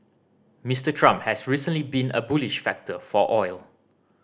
Mister Trump has recently been a bullish factor for oil